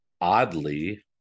Oddly